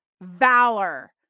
valor